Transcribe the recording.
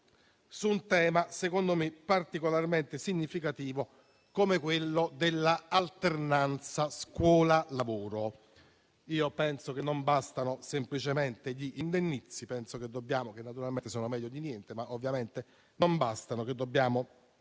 su un tema secondo me particolarmente significativo come quello della alternanza scuola lavoro. A mio avviso, non bastano semplicemente gli indennizzi. Naturalmente sono meglio di niente, ma ovviamente non bastano. Noi dobbiamo